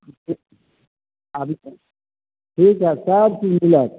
ठीक छै आबू ने ठीक हए सबचीज मिलत